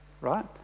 right